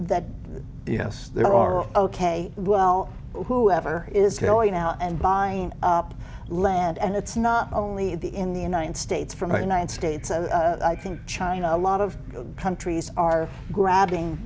that yes there are ok well whoever is going out and buying up land and it's not only in the in the united states from the united states i think china a lot of countries are grabbing